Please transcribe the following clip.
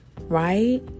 right